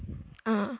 um